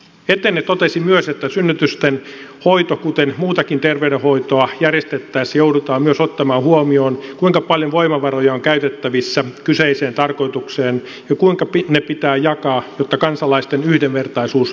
etene totesi myös että synnytysten hoitoa kuten muutakin ter veydenhoitoa järjestettäessä joudutaan myös ottamaan huomioon kuinka paljon voimavaroja on käytettävissä kyseiseen tarkoitukseen ja kuinka ne pitää jakaa jotta kansalaisten yhdenvertaisuus toteutuisi